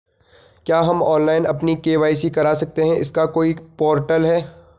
क्या हम ऑनलाइन अपनी के.वाई.सी करा सकते हैं इसका कोई पोर्टल है?